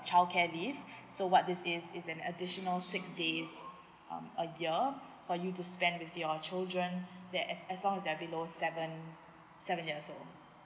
childcare leave so what this is is an additional six days um a year for you to spend with your children that as as long as they're below seven seven years old